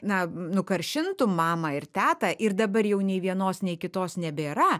na nukaršintum mamą ir tetą ir dabar jau nei vienos nei kitos nebėra